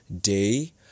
day